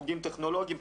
חוגים טכנולוגיים.